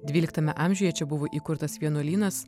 dvyliktame amžiuje čia buvo įkurtas vienuolynas